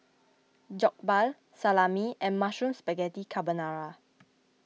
Jokbal Salami and Mushroom Spaghetti Carbonara